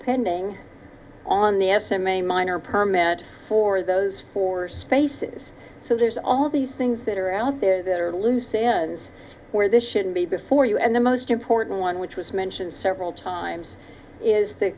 pending on the s m a minor permit for those four spaces so there's all these things that are out there that are loose ends where this shouldn't be before you and the most important one which was mentioned several times is the